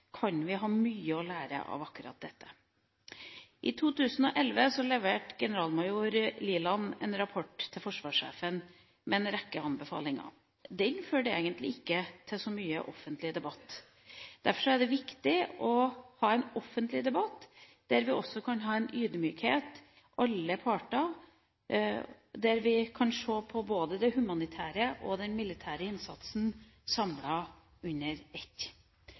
kan vi ha mye å lære av akkurat dette. I 2011 leverte generalmajor Jon B. Liland en rapport til forsvarssjefen, med en rekke anbefalinger. Den førte egentlig ikke til så mye offentlig debatt. Derfor er det viktig å ha en offentlig debatt hvor alle parter kan ha en ydmykhet, hvor vi kan se på både den humanitære og den militære innsatsen under ett.